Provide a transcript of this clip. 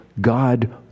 God